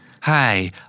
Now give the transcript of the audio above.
Hi